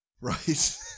Right